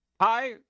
Hi